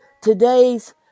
Today's